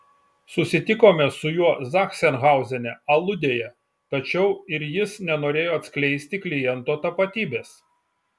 susitikome su juo zachsenhauzene aludėje tačiau ir jis nenorėjo atskleisti kliento tapatybės